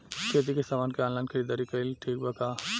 खेती के समान के ऑनलाइन खरीदारी कइल ठीक बा का?